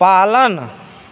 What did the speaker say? पालन